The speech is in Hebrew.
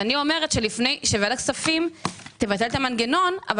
אני אומרת שוועדת הכספים תבטל את המנגנון אבל